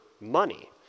money